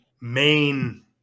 main